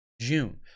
June